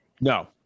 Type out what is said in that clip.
No